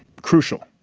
crucial.